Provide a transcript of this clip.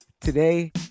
today